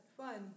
fun